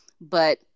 but-